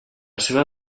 seva